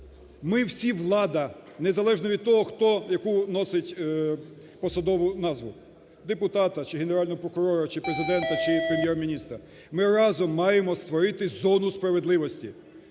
Ми всі влада, незалежно від того, хто яку носить посадову назву, депутата чи Генерального прокурора, чи Президента, чи Прем'єр-міністра, ми разом маємо створити зону справедливості.